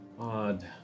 Odd